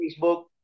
Facebook